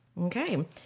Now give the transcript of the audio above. Okay